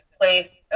place